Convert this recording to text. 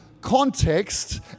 context